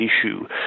issue